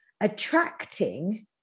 attracting